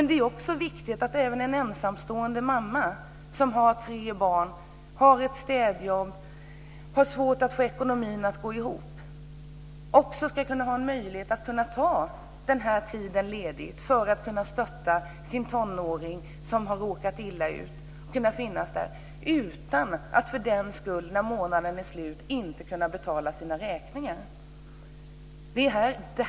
Det är också viktigt att även en ensamstående mamma, som har tre barn, som har ett städjobb och som har svårt att få ekonomin att gå ihop ska ha möjlighet att ta den här tiden ledigt för att finnas där och stötta sin tonåring som har råkat illa ut, utan att för den skull när månaden är slut inte kunna betala sina räkningar.